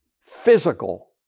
physical